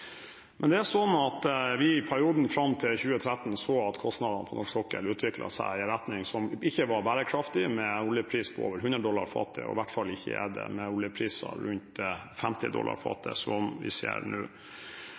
Men det er sånn at vi i perioden fram til 2013 så at kostnadene på norsk sokkel utviklet seg i en retning som ikke var bærekraftig, med en oljepris på 100 dollar fatet, og i hvert fall ikke er det med en oljepris på rundt 50 dollar fatet, som vi ser nå.